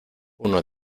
uno